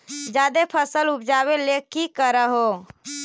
जादे फसल उपजाबे ले की कर हो?